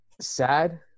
sad